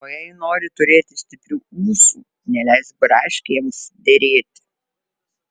o jei nori turėti stiprių ūsų neleisk braškėms derėti